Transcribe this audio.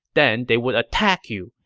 then they would attack you,